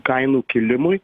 kainų kilimui